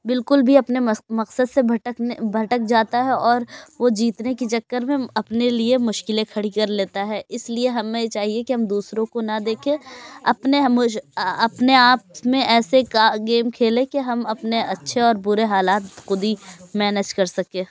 بالکل بھی اپنے مصق مقصد سے بھٹکنے بھٹک جاتا ہے اور وہ جیتنے کے چکر میں اپنے لیے مشکلیں کھڑی کر لیتا ہے اس لیے ہمیں چاہیے کہ ہم دوسروں کو نہ دیکھیں اپنے مجھ اپنے آپ میں ایسے کا گیم کھیلیں کہ ہم اپنے اچھے اور برے حالات خود ہی مینیج کر سکیں